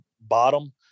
bottom